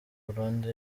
burundi